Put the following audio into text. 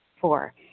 Four